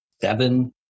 seven